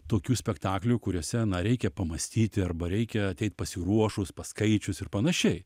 tokių spektaklių kuriuose na reikia pamąstyti arba reikia ateiti pasiruošus paskaičius ir panašiai